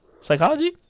psychology